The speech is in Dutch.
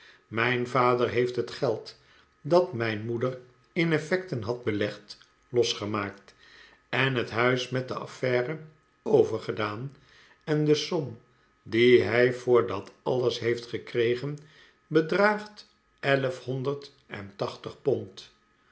mijn vader heeft het geld dat mijn moeder in effecten had belegd losgemaakt en het huis met de affaire overgedaan en de som die hij voor dat alles heeft gekregen bedraagt elfhonderd en tachtig pond